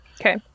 Okay